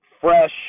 fresh